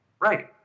Right